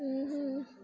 ಊಂ ಹ್ಞೂ